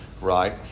Right